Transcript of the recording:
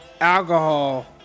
alcohol